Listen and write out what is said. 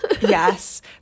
Yes